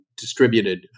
distributed